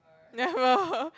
never